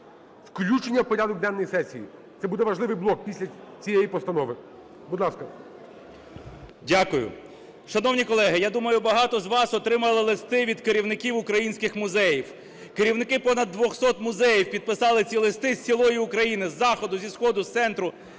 включення в порядок денний сесії, це буде важливий блок після цієї постанови. Будь ласка. 11:32:26 КНЯЖИЦЬКИЙ М.Л. Дякую. Шановні колеги, я думаю, багато з вас отримали листи від керівників українських музеїв. Керівники понад 200 музеїв підписали ці листи з цілої України: із заходу, зі сходу, з центру